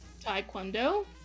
Taekwondo